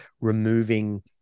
removing